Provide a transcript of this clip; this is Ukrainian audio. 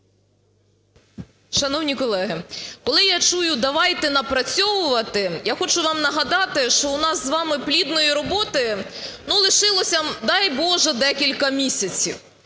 Шановні колеги, коли я чую, давайте напрацьовувати, я хочу вам нагадати, що в нас з вами плідної роботи, ну, лишилося, дай Боже, декілька місяців.